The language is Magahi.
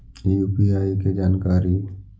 यु.पी.आई के जानकारी?